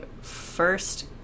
first